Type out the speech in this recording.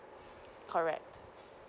correct